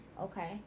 Okay